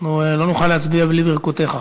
אנחנו לא נוכל להצביע בלי ברכותיך,